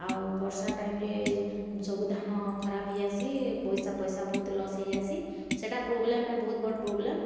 ଆଉ ବର୍ଷା ଟାଇମ୍ରେ ସବୁ ଧାନ ଖରାପ୍ ହେଇଯାଏସି ପଇସା ପଇସା ବହୁତ ଲସ୍ ହେଇଯାଏସି ସେଟା ପ୍ରୋବ୍ଲେମ୍ ଏ ବହୁତ୍ ବଡ଼୍ ପ୍ରୋବ୍ଲେମ୍